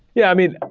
yeah. i mean,